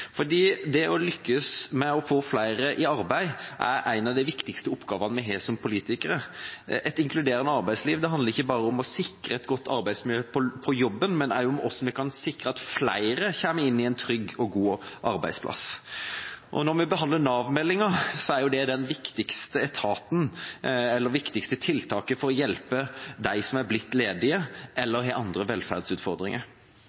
fordi det å lykkes med å få flere i arbeid er en av de viktigste oppgavene vi har som politikere. Et inkluderende arbeidsliv handler ikke bare om å sikre et godt arbeidsmiljø på jobben, men også hvordan vi kan sikre at flere kommer inn på en trygg og god arbeidsplass. Når vi behandler Nav-meldinga, er det det viktigste tiltaket for å hjelpe dem som er blitt ledige